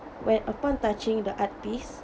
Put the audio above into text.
where upon touching the art piece